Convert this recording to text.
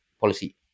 policy